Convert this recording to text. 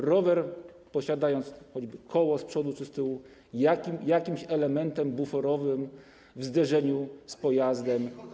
Rower posiada choćby koło z przodu czy z tyłu i jest jakimś elementem buforowym w zderzeniu z pojazdem.